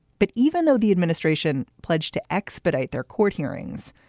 but even though the administration pledged to expedite their court hearings,